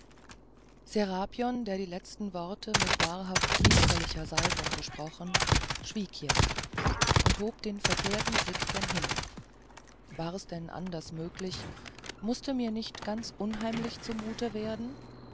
serapion der die letzten worte mit wahrhaft priesterlicher salbung gesprochen schwieg jetzt und hob den verklärten blick gen himmel war's denn anders möglich mußte mir nicht ganz unheimlich zumute werden